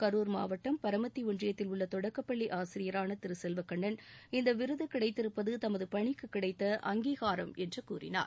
கரூர் மாவட்டம் பரமத்திஒன்றியத்தில் உள்ளதொடக்கப்பள்ளிஆசிரியரானதிருசெல்வக்கண்ணன் இந்தவிருதுகிடைத்திருப்பதுதமதுபணிக்குகிடைத்த அங்கீகாரம் என்றுகூறினார்